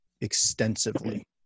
extensively